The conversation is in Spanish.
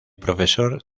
profesor